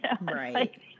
right